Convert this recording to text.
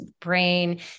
brain